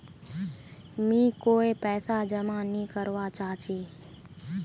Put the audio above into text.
मी कोय पैसा जमा नि करवा चाहची